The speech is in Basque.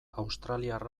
australiar